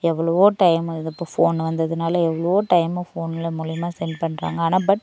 எவ்வளவோ டைம் இப்போ ஃபோன் வந்ததினால எவ்வளவோ டைம் ஃபோனில் மூலியமாக சென்ட் பண்ணுறாங்க ஆனால் பட்